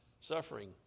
suffering